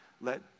let